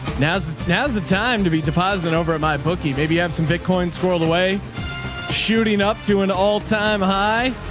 now's now's the time to be deposited over at my bookie. maybe you have some bitcoins squirreled away shooting up to an all time high,